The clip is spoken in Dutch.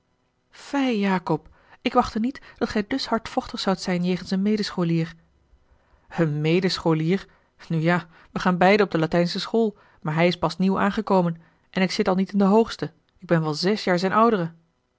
fij jacob ik wachtte niet dat gij dus hardvochtig zoudt zijn jegens een medescholier een medescholier nu ja we gaan beiden op de latijnsche school maar hij is pas nieuw aangekomen en ik zit al meê in de hoogste ik ben wel zes jaar zijn oudere